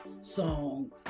song